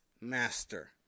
master